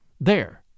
There